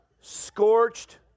Scorched